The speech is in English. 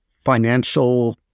financial